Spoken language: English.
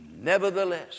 Nevertheless